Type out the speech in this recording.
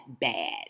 bad